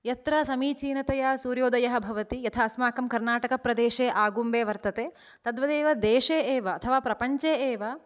तत्र समीचीनतया सूर्योदयः भवति यथा अस्माकं कर्नाटकं प्रदेशे आगुम्बे वर्तते तद्वदेव देशे एव अथवा प्रपञ्चे एव